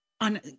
on